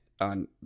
on